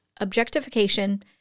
objectification